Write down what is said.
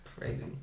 crazy